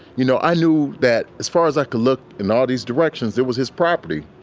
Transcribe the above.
you know, i knew that as far as i could look in all these directions, it was his property.